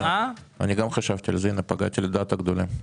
הנה, קלעתי לדעת גדולים.